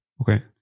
Okay